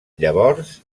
llavors